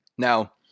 Now